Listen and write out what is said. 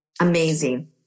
amazing